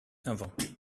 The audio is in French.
inventé